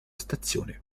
stazione